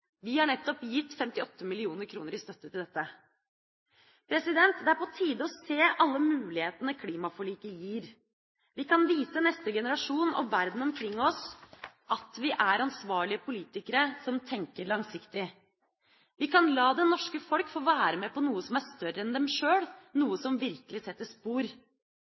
Vi har nettopp gitt 58 mill. kr i støtte til dette. Det er på tide å se alle mulighetene klimaforliket gir. Vi kan vise neste generasjon og verden omkring oss at vi er ansvarlige politikere som tenker langsiktig. Vi kan la det norske folk være med på noe som er større enn dem sjøl, noe som virkelig setter spor.